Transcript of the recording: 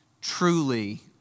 truly